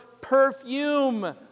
perfume